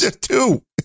Two